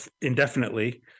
indefinitely